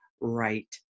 right